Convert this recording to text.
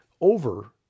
over